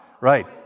Right